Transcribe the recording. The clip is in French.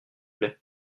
plait